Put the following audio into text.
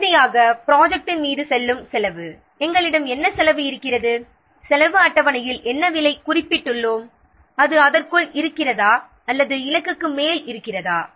இறுதியாக ப்ராஜெக்ட்டின் மீது வரும் செலவு நம்மிடம் என்ன செலவு இருக்கிறது செலவு அட்டவணையில் என்ன விலை குறிப்பிட்டுள்ளோம் அது அதற்குள் இருக்கிறதா அல்லது இலக்குக்கு மேல் இருக்கிறதா